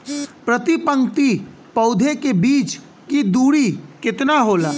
प्रति पंक्ति पौधे के बीच की दूरी केतना होला?